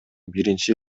биринчи